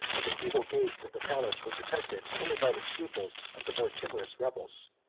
and the feeble gates of the palace were protected only by the scruples of the more timorous rebels.